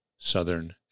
southern